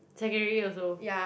secondary also